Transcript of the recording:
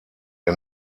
ihr